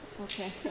Okay